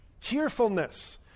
Cheerfulness